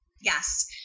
Yes